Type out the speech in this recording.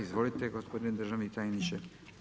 Izvolite gospodine državni tajniče.